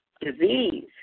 disease